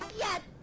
yet